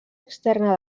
externa